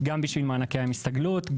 גם בשביל מענקי הסתגלות,